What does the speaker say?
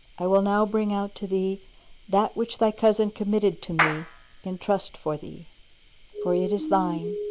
i will now bring out to thee that which thy cousin committed to me in trust for thee for it is thine.